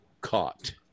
caught